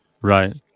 Right